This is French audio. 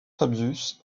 fabius